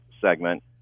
segment